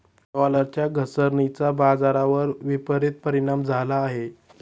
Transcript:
डॉलरच्या घसरणीचा बाजारावर विपरीत परिणाम झाला आहे